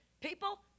People